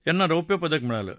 त्यांना रौप्य पदक मिळालं आहे